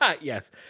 Yes